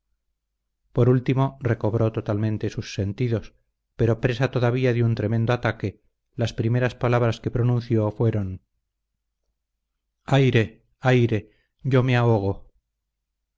por último recobró totalmente sus sentidos pero presa todavía de su tremendo ataque las primeras palabras que pronunció fueron aire aire yo me ahogo